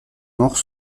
morts